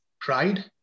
pride